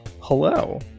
Hello